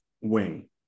wing